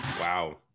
wow